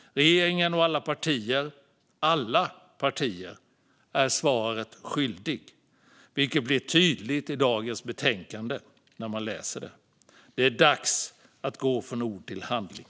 Regeringen och alla partier - alla partier - är svaret skyldiga, vilket blir tydligt när man läser dagens betänkande. Det är dags att gå från ord till handling.